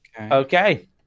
Okay